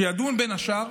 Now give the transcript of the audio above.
שידון בין השאר